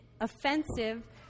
offensive